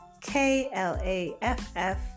K-L-A-F-F